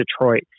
Detroit